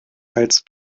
als